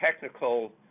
technical